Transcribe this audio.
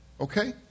Okay